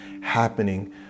happening